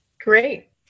Great